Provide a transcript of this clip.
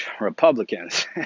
Republicans